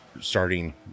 starting